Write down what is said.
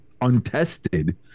untested